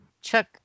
Chuck